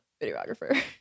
videographer